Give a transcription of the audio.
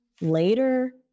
later